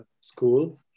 School